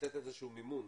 ולתת איזשהו מימון